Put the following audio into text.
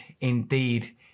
indeed